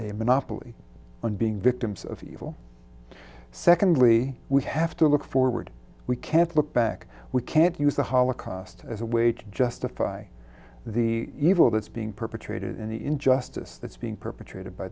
a monopoly on being victims of evil secondly we have to look forward we can't look back we can't use the holocaust as a way to justify the evil that's being perpetrated in the injustice that's being perpetrated by